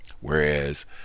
whereas